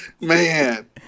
Man